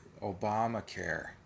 Obamacare